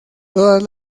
todas